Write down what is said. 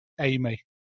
Amy